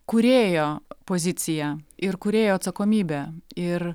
kūrėjo pozicija ir kūrėjo atsakomybė ir